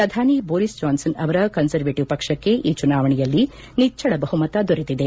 ಪ್ರಧಾನಿ Boris Johnson ಅವರ conservative ಪಕ್ಷಕ್ಕೆ ಈ ಚುನಾವಣೆಯಲ್ಲಿ ನಿಚ್ಚಳ ಬಹುಮತ ದೊರೆತಿದೆ